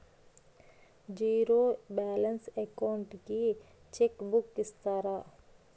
Zero balance account కి cheque book ఇస్తారా?